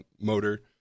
motor